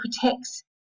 protects